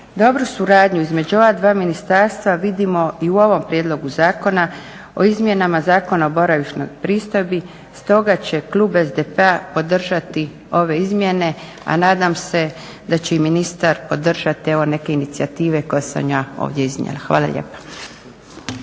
Dobru suradnju između ova dva ministarstva vidimo i u ovom Prijedlogu zakona o izmjenama Zakona o boravišnoj pristojbi. Stoga će klub SDP-a podržati ove izmjene, a nadam se da će i ministar podržati neke inicijative koje sam ja ovdje iznijela. Hvala lijepa.